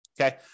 Okay